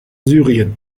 syrien